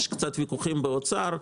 יש קצת ויכוחים באוצר,